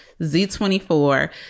Z24